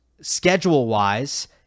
schedule-wise